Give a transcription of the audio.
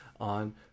on